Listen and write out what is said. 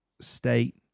state